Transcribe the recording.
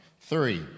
Three